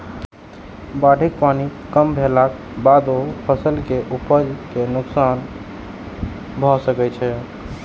बाढ़िक पानि कम भेलाक बादो फसल के उपज कें नोकसान भए सकै छै